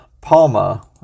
Palma